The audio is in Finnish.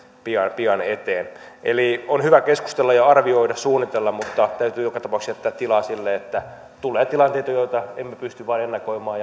pian pian eteen eli on hyvä keskustella arvioida ja suunnitella mutta täytyy joka tapauksessa jättää tilaa sille että tulee tilanteita joita emme vain pysty ennakoimaan